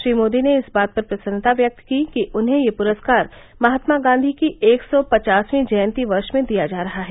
श्री मोदी ने इस बात पर प्रसन्नता व्यक्त की कि उन्हें यह पुरस्कार महात्मा गांधी की एक सौ पचासवीं जयंती वर्ष में दिया जा रहा है